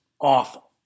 awful